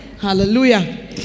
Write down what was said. Hallelujah